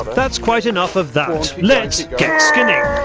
that is quite enough of that lets get skinning i